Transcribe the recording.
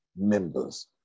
members